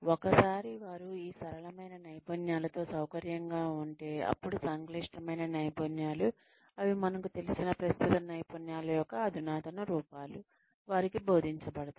ఒకసారి వారు ఈ సరళమైన నైపుణ్యాలతో సౌకర్యవంతంగా ఉంటే అప్పుడు సంక్లిష్టమైన నైపుణ్యాలు అవి మనకు తెలిసిన ప్రస్తుత నైపుణ్యాల యొక్క అధునాతన రూపాలు వారికి బోధించబడతాయి